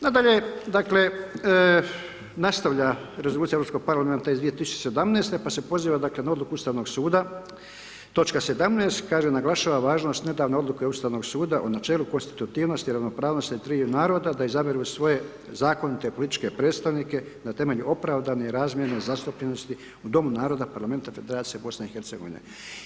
Nadalje, dakle, nastavlja rezolucija Europskog parlamenta iz 2017., pa se poziva dakle na Odluku Ustavnog suda, točka 17., kaže naglašava važnost nedavne Odluke Ustavnog suda o načelu konstitutivnosti i ravnopravnosti triju naroda da izaberu svoje zakonite političke predstavnike na temelju opravdane i razmjerne zastupljenosti u Dom naroda parlamenta Federacije Bosne i Hercegovine.